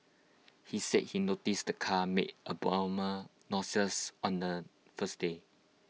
he said he noticed the car made abnormal noises on the first day